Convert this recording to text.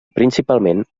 principalment